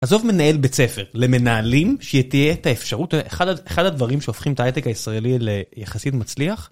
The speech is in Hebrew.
עזוב מנהל בית ספר. למנהלים, שתהיה את האפשרות. אחד הדברים שהופכים את ההייטק הישראלי ליחסית מצליח...